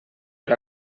per